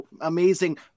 amazing